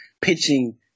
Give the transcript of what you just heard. pitching